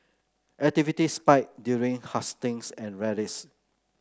activity spike during hustings and rallies